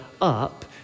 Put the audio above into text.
up